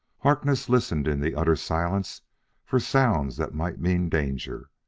harkness, listening in the utter silence for sounds that might mean danger,